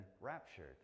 raptured